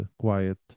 quiet